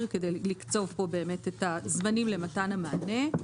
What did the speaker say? כדי לקצוב פה באמת את הזמנים למתן המענה.